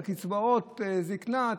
את קצבאות הזקנה,